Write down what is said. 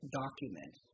document